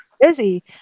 busy